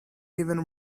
even